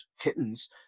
kittens